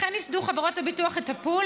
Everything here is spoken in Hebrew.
לכן ייסדו חברות הביטוח את הפול,